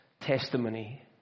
testimony